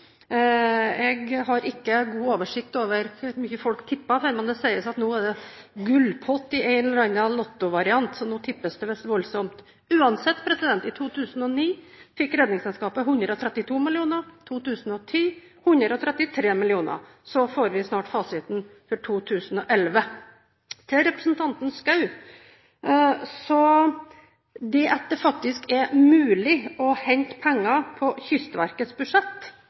Jeg har ikke god oversikt over hvor mye folk tipper for, men det sies at nå er det gullpott i en eller annen lottovariant, så nå tippes det visst voldsomt. Uansett, i 2009 fikk Redningsselskapet 132 mill. kr, i 2010 133 mill. kr. Så får vi snart fasiten for 2011. Til representanten Schou: Det at det faktisk er mulig å hente penger på Kystverkets budsjett